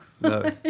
No